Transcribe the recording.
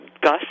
Gus